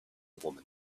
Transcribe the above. woman